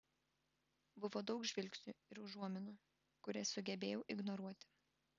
buvo daug žvilgsnių ir užuominų kurias sugebėjau ignoruoti